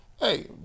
Hey